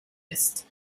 ist